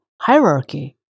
Hierarchy